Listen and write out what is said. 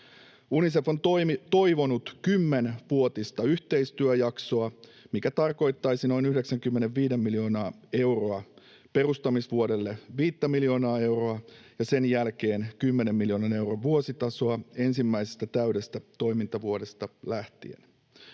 Unicef on toivonut 10-vuotista yhteistyöjaksoa, mikä tarkoittaisi noin 95:tä miljoonaa euroa: perustamisvuodelle 5 miljoonaa euroa ja sen jälkeen 10 miljoonan euron vuositasoa ensimmäisestä täydestä toimintavuodesta lähtien.